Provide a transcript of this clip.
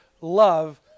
love